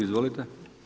Izvolite.